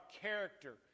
character